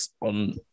on